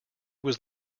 was